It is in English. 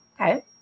Okay